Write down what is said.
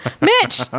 Mitch